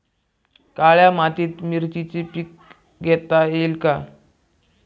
काळ्या मातीत मिरचीचे पीक घेता येईल का?